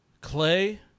Clay